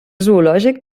zoològic